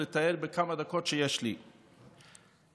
שבכמה דקות שיש לי קשה אפילו לתאר.